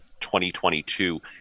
2022